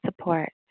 support